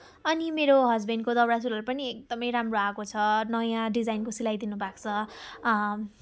अनि मेरो हज्बेन्डको दौरा सुरुवाल पनि एकदमै राम्रो आएको छ नयाँ डिजाइनको सिलाइदिनु भएको छ